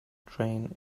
train